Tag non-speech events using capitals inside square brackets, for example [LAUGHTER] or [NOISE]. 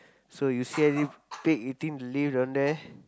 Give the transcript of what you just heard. so you see any [NOISE] pig eating the leaf down there